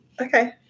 okay